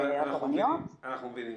אנחנו מבינים.